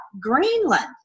Greenland